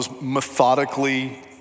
methodically